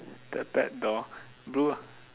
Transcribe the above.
the pet dog blue ah